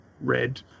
red